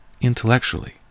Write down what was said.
intellectually